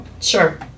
Sure